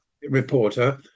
reporter